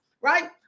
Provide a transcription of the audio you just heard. right